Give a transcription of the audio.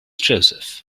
joseph